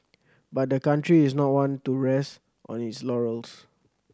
but the country is not one to rest on its laurels